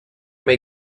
may